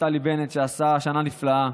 נפתלי בנט, שעשה שנה נפלאה,